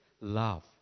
love